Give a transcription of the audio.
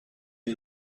you